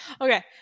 okay